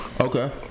Okay